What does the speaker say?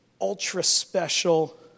ultra-special